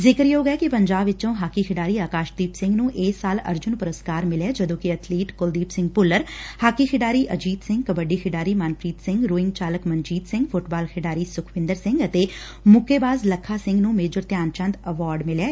ਜ਼ਿਕਰਯੋਗ ਏ ਕਿ ਪੰਜਾਬ ਵਿੱਚੋਂ ਹਾਕੀ ਖਿਡਾਰੀ ਆਕਾਸ਼ਦੀਪ ਸਿੰਘ ਨੂੰ ਇਸ ਸਾਲ ਅਰਜੁਨਾ ਪੁਰਸਕਾਰ ਮਿਲਿਐ ਜਦੋਂ ਕਿ ਅਬਲੀਟ ਕੁਲਦੀਪ ਸਿੰਘ ਭੁੱਲਰ ਹਾਕੀ ਖਿਡਾਰੀ ਅਜੀਤਂ ਸਿੰਘ ਕਬੱਡੀ ਖਿਡਾਰੀ ਮਨਪ੍ਰੀਤ ਸਿੰਘ ਰੋਇੰਗ ਚਾਲਕ ਮਨਜੀਤ ਸਿੰਘ ਫੁੱਟਬਾਲ ਖਿਡਾਰੀ ਸੁਖਵਿੰਦਰ ਸਿੰਘ ਅਤੇ ਮੁੱਕੇਬਾਜ਼ ਲੱਖਾ ਸਿੰਘ ਨੂੰ ਮੇਜਰ ਧਿਆਨ ਚੰਦ ਐਵਾਰਡ ਮਿਲਿਐ